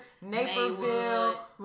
Naperville